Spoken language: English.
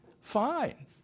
Fine